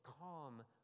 calm